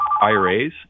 IRAs